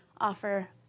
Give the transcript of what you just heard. offer